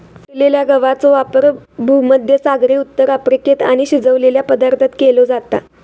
तुटलेल्या गवाचो वापर भुमध्यसागरी उत्तर अफ्रिकेत आणि शिजवलेल्या पदार्थांत केलो जाता